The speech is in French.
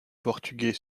portugais